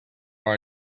our